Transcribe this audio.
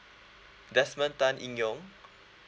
desmond tan en yong